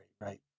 right